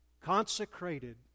Consecrated